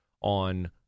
on